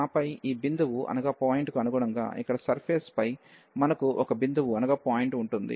ఆపై ఈ బిందువు కు అనుగుణంగా ఇక్కడ సర్ఫేస్ పై మనకు ఒక బిందువు ఉంటుంది